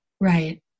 Right